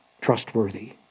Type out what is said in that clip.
trustworthy